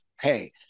hey